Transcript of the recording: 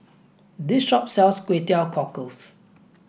this shop sells Kway Teow Cockles